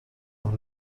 noch